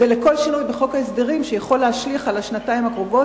ולכל שינוי בחוק ההסדרים שיכול להשליך על השנתיים הקרובות